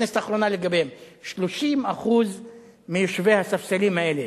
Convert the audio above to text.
30% מיושבי הספסלים האלה.